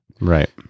Right